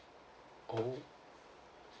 oh